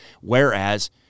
Whereas